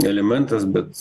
elementas bet